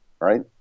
right